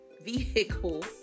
vehicle